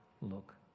look